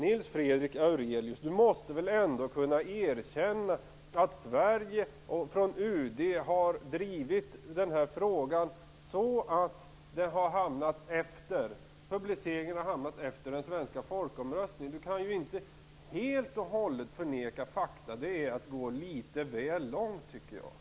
Nils Fredrik Aurelius måste väl ändå kunna erkänna att UD har drivit den här frågan så att publiceringen hamnat efter den svenska folkomröstningen. Nils Fredrik Aurelius kan inte helt och hållet förneka fakta, det är att gå litet väl långt.